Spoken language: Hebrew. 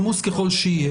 עמוס ככל שיהיה.